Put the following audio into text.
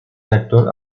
reactor